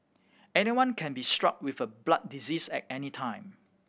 anyone can be struck with a blood disease at any time